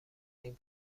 این